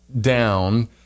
down